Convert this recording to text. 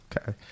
Okay